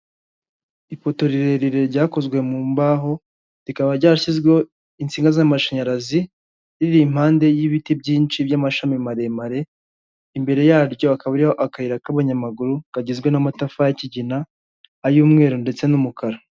Ipoto rirerire ryakozwe mu mbaho rikaba ryarashyizweho insinga z'amashanyarazi, riri impande y'ibiti byinshi by'amashami maremare, imbere yaryo hakaba hariho akayira k'abanyamaguru kagizwe n'amatafari y'ikigina ay'umweru ndetse n'umukara.